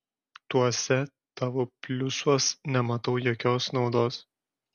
tuose tavo pliusuos nematau jokios naudos